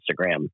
Instagram